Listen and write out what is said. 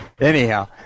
Anyhow